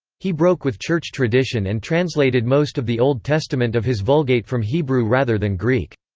he broke with church tradition and translated most of the old testament of his vulgate from hebrew rather than greek.